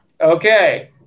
Okay